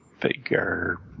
figure